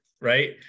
right